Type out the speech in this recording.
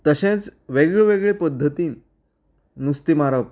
तशेंच वेगळे वेगळे पद्धतीन नुस्तें मारप